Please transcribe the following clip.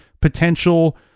potential